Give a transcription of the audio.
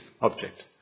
object